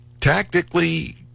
Tactically